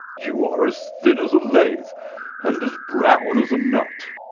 you are as thin as a lath and as brown as a nut.